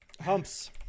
Humps